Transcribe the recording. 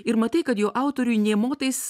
ir matai kad jo autoriui nė motais